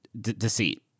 deceit